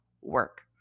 work